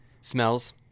Smells